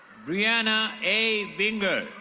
brianna a binger.